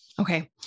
Okay